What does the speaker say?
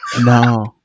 No